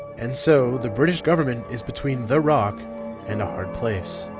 and so the british government is between the rock and a hard place.